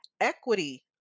equity